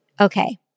okay